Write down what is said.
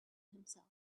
himself